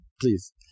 please